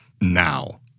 now